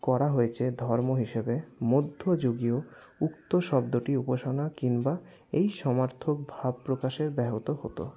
করা হয়েছে ধর্ম হিসেবে মধ্যযুগীয় উক্ত শব্দটি উপসনা কিংবা এই সমার্থক ভাবপ্রকাশের ব্যাহত হতো